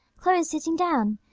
chloe's sitting down.